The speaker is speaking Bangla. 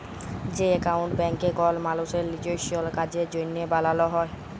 যে একাউল্ট ব্যাংকে কল মালুসের লিজস্য কাজের জ্যনহে বালাল হ্যয়